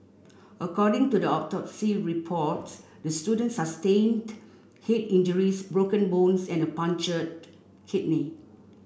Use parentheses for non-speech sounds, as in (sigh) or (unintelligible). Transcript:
according to the (unintelligible) reports the student sustained head injuries broken bones and a punctured kidney